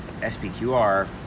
SPQR